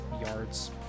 yards